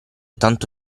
tanto